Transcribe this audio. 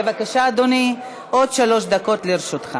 בבקשה, אדוני, עוד שלוש דקות לרשותך.